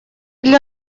для